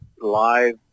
live